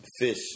fish